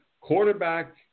quarterback